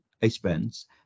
expense